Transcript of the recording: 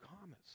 commas